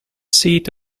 seat